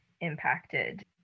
impacted